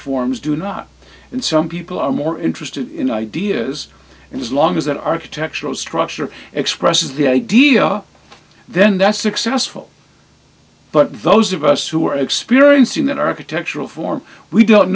forms do not and some people are more interested in ideas and as long as an architectural structure expresses the idea then that's successful but those of us who are experiencing an architectural form we don't